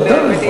ודאי.